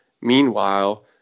Meanwhile